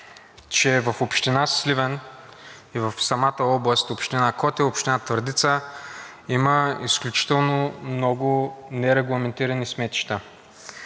че в община Сливен и в самата област, община Котел, община Твърдица, има изключително много нерегламентирани сметища.